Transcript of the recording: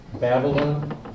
Babylon